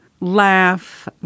laugh